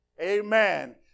Amen